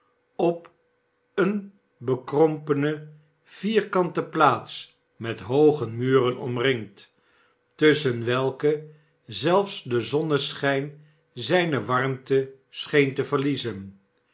op eene bekrompene vierkante plaats met hooge muren omnngd tusschen welke zelfs de zonneschijn zijne warmte scheen te verliezen